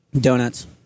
Donuts